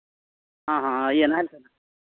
ᱦᱮᱸ ᱦᱮᱸ ᱤᱭᱟᱹ